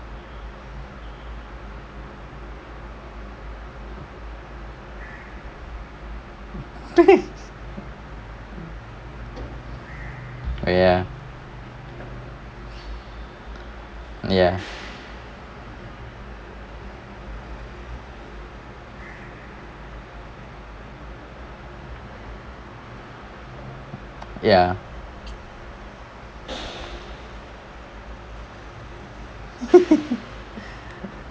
ya ya ya